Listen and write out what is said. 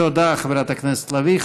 תודה, חברת הכנסת לביא.